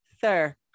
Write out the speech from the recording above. sir